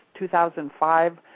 2005